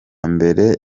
mbere